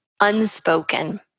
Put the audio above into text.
unspoken